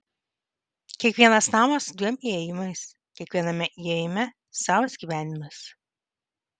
kiekvienas namas su dviem įėjimais kiekviename įėjime savas gyvenimas